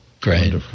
Great